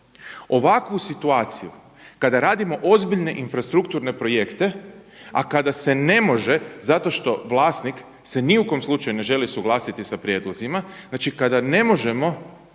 ovakvu situaciju kada radimo ozbiljne infrastrukturne projekte. A kada se ne može zato što vlasnik se ni u kojem slučaju ne želi suglasiti sa prijedlozima. Znači kada ne možemo